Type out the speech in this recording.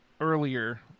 earlier